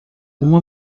uma